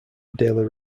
daily